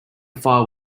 file